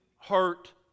hurt